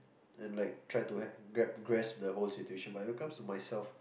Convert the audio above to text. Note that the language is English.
and like try to han~ grab grasp the whole situation but when it comes to myself